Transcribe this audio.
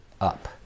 up